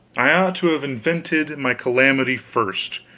i ought to have invented my calamity first.